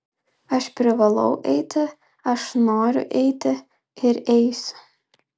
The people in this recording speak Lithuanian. aš privalau eiti aš noriu eiti ir eisiu